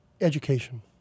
education